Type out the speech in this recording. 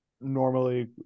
normally